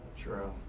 true.